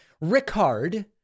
Rickard